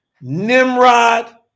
Nimrod